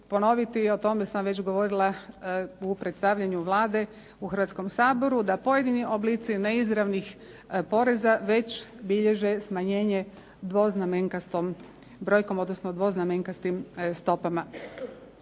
ponoviti, o tome sam već govorila u predstavljanju Vlade u Hrvatskom saboru, da pojedini oblici neizravnih poreza već bilježe smanjenje dvoznamenkastom brojkom, odnosno dvoznamenkastim stopama.